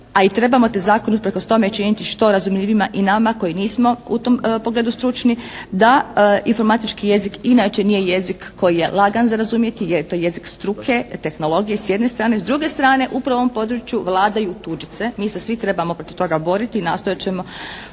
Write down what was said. se ne razumije./ … činiti što razumljivijima i nama koji nismo u tom pogledu stručni da informatički jezik inače nije jezik koji nije lagan za razumijeti jer je to jezik struke, tehnologije s jedne strane. S druge strane upravo u ovom području vladaju tuđice. Mi se svi trebamo protiv toga boriti i nastojat ćemo